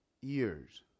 years